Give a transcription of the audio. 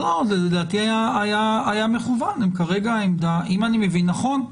לא, לדעתי זה היה מכוון, אם אני מבין נכון.